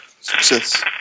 Success